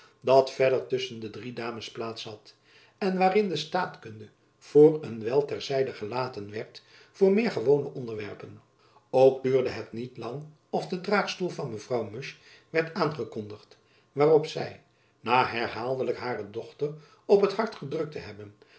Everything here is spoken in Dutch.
dat verder tusschen de drie dames plaats had en waarin de staatkunde voor een wijl ter zijde gelaten werd voor meer gewone onderwerpen ook duurde het niet lang of de draagstoel van mevrouw musch werd aangekondigd waarop zy na herhaaldelijk hare dochter op het hart gedrukt te hebben